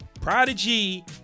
Prodigy